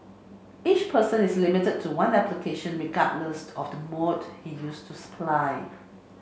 each person is limited to one application regardless of the mode he used to supply